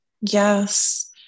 Yes